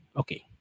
okay